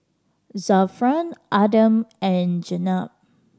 Zafran Adam and Jenab